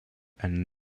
and